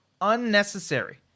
unnecessary